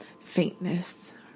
faintness